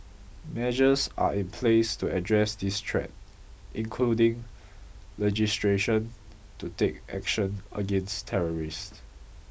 measures are in place to address this threat including legislation to take action against terrorists